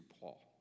Paul